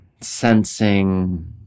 sensing